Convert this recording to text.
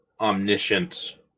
omniscient